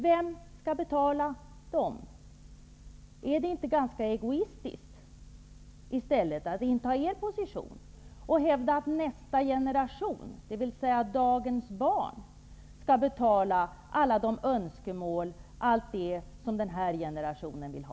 Vem skall betala dem? Är det inte i stället ganska egoistiskt att inta er position och hävda att nästa generation, dvs. dagens barn, skall betala allt det som den här generationen vill ha?